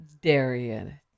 Darian